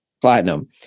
platinum